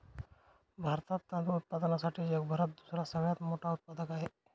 भारतात तांदूळ उत्पादनासाठी जगभरात दुसरा सगळ्यात मोठा उत्पादक आहे